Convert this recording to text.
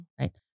right